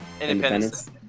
Independence